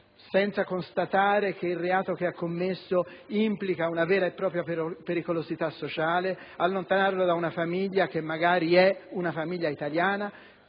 senza constatare che il reato che ha commesso implica una vera e propria pericolosità sociale, allontanandolo da una famiglia che magari è italiana?